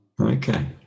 Okay